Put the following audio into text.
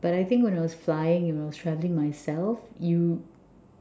but I think when I was flying you know travelling myself you